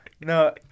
No